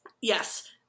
Yes